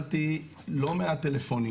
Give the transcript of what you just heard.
קיבלתי לא מעט טלפונים